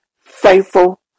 faithful